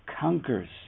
conquers